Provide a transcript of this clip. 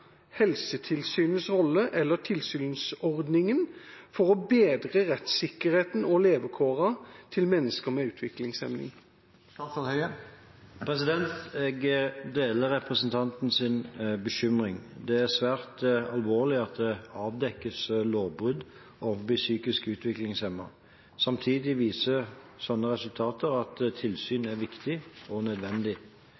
Helsetilsynets rolle eller tilsynsordningen for å bedre rettssikkerheten og levekårene til mennesker med utviklingshemning?» Jeg deler representantens bekymring. Det er svært alvorlig at det avdekkes lovbrudd overfor psykisk utviklingshemmede. Samtidig viser slike resultater at tilsyn